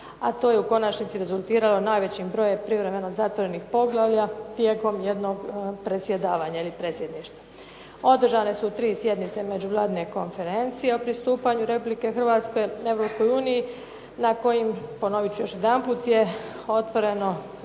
a to je u konačnici rezultiralo najvećim bojem privremeno zatvorenih poglavlja tijekom jednog predsjedništva. Održane su tri sjednice međuvladine konferencije o pristupanju Republike Hrvatske Europskoj uniji na kojim ponovit ću još jedanput je otvoreni